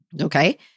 Okay